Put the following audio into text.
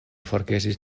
forgesis